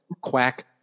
quack